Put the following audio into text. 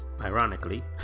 ironically